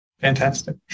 Fantastic